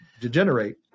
degenerate